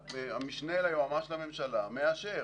המשנה ליועמ"ש לממשלה מאשר,